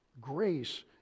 Grace